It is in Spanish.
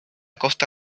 costa